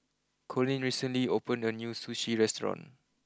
Coleen recently opened a new Sushi restaurant